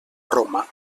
roma